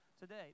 today